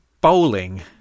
bowling